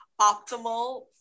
optimal